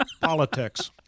Politics